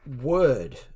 word